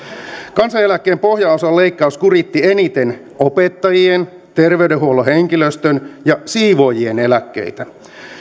kansaneläkkeen pohjaosan leikkaus kuritti eniten opettajien terveydenhuollon henkilöstön ja siivoojien eläkkeitä